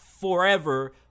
forever